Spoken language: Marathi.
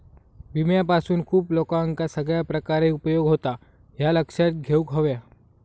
विम्यापासून खूप लोकांका सगळ्या प्रकारे उपयोग होता, ह्या लक्षात घेऊक हव्या